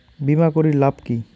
বিমা করির লাভ কি?